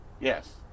Yes